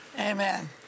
Amen